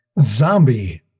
zombie